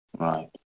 Right